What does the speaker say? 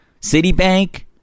Citibank